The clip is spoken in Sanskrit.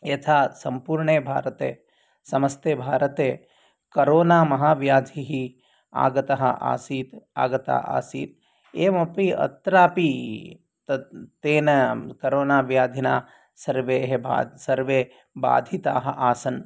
यथा सम्पूर्णे भारते समस्ते भारते करोना महाव्याधिः आगतः आसीत् आगतः आसीत् एवमपि अत्रापि तत् तेन करोना व्याधिना सर्वेः बाधः सर्वे बाधिताः आसन्